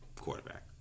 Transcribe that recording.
quarterback